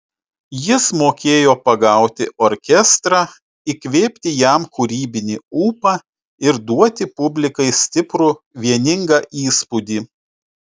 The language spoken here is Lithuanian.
jis mokėjo pagauti orkestrą įkvėpti jam kūrybinį ūpą ir duoti publikai stiprų vieningą įspūdį